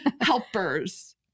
helpers